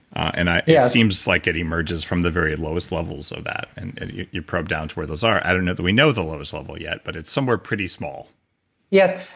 and it seems like it emerges from the very lowest levels of that, and you probe down to where those are. i don't know that we know the lowest level yet, but it's somewhere pretty small yes.